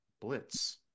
blitz